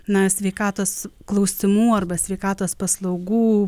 na sveikatos klausimų arba sveikatos paslaugų